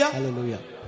Hallelujah